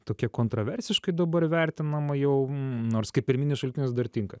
tokia kontroversiškai dabar vertinama jau nors kaip pirminis šaltinis dar tinka